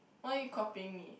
why you copying me